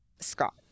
Scott